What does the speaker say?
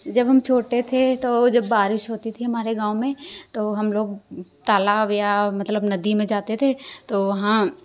जब हम छोटे थे तो जब बारिश होती थी हमारे गाँव में तो हम लोग तालाब या मतलब नदी में जाते थे तो वहाँ